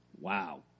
wow